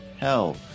hell